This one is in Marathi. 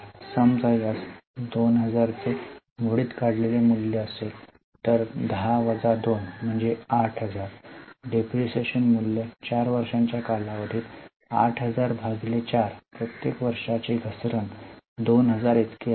समजा यास 2000 भंगार मूल्य असेल तर 10 वजा 2 म्हणजेच 8000 डिप्रीशीएशन मूल्य 4 वर्षांच्या कालावधीत 80004 प्रत्येक वर्षाची घसरण 2000 इतकी असेल